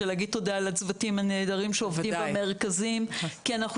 להגיד תודה לצוותים הנהדרים שעוברים במרכזים כי אנחנו